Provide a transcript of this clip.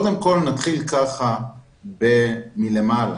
נתחיל מלמעלה